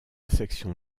section